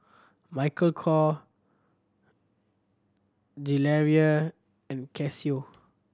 Michael Kor Gilera and Casio